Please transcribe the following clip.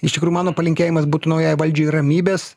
iš tikrųjų mano palinkėjimas būtų naujai valdžiai ramybės